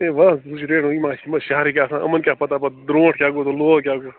ہے وٕ وُچھ ریٹ یِم ہہ چھِ شہرٕکۍ آسان یِمَن کیٛاہ پتا پتہٕ درونٹھ کیٛاہ گوٚو تہٕ لوو کیٛاہ گوٚو